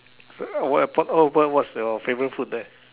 what's your favourite food there